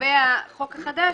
לגבי החוק החדש,